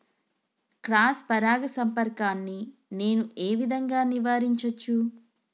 Cross పరాగ సంపర్కాన్ని నేను ఏ విధంగా నివారించచ్చు?